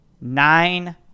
nine